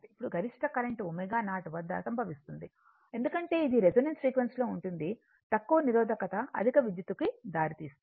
ఇప్పుడు గరిష్ట కరెంట్ ω0 వద్ద సంభవిస్తుంది ఎందుకంటే ఇది రెసోనెన్స్ ఫ్రీక్వెన్సీ లో ఉంటుంది తక్కువ నిరోధకత అధిక విద్యుత్తుకు దారితీస్తుంది